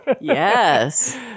Yes